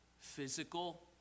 physical